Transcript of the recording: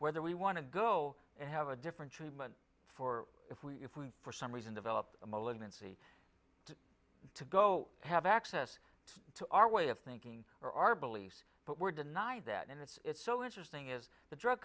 whether we want to go and have a different treatment for if we if we for some reason develop a malignancy to go have access to our way of thinking or our beliefs but we're denied that and it's so interesting is the drug